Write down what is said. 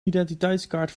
identiteitskaart